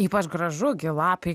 ypač gražu gi lapai